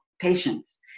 patients